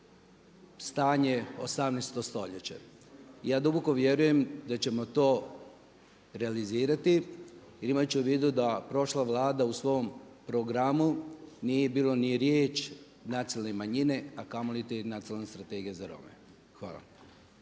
stanje 18 stoljeće. I ja duboko vjerujem da ćemo to realizirati. Jer imajući u vidu da prošla Vlada u svom programu nije bilo ni riječ nacionalne manjine, a kamoli Nacionalna strategija za Rome. Hvala.